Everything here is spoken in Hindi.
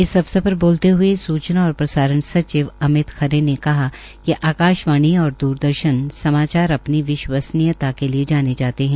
इस अवसर पर बोलते हये सूचना और प्रसारण सचिव अमित खरे ने कहा कि आकाशवाणी और द्रदर्शन समाचार अपनी विश्वसनीयता के लिये जाने जाते है